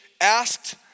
asked